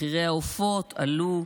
מחירי העופות עלו,